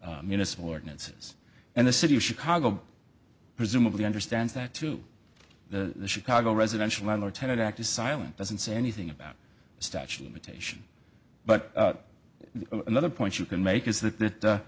municipal ordinances and the city of chicago presumably understands that to the chicago residential landlord tenant act is silent doesn't say anything about a statue imitation but another point you can make is that